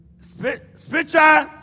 Spiritual